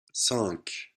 cinq